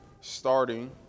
starting